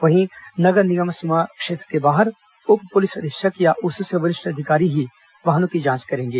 वहीं नगर निगम सीमा क्षेत्र के बाहर उप पुलिस अधीक्षक या उससे वरिष्ठ अधिकारी ही वाहनों की जांच करेंगे